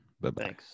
Bye-bye